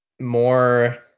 more